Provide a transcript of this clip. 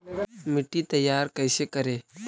मिट्टी तैयारी कैसे करें?